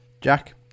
Jack